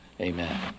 Amen